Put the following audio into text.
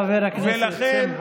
חבר הכנסת שמחה.